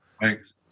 Thanks